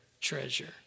treasure